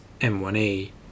M1A